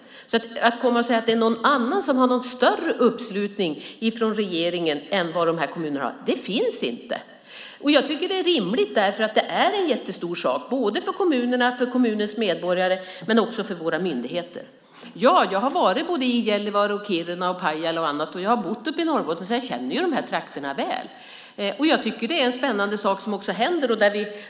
Man ska inte komma och säga att det är någon annan som har större uppslutning från regeringen än vad de här kommunerna har, för det finns inte. Jag tycker att detta är rimligt, för det här är en jättestor sak både för kommunerna och för kommunernas medborgare och även för våra myndigheter. Jag har varit i Gällivare, Kiruna, Pajala och på andra ställen. Jag har bott uppe i Norrbotten så jag känner trakterna väl. Jag tycker att det är en spännande sak som händer.